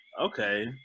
okay